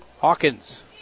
Hawkins